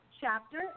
chapter